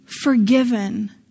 forgiven